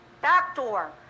backdoor